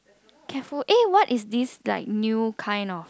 careful eh what is this like new kind of